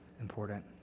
important